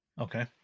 Okay